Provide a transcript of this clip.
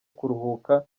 kuruhuka